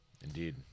Indeed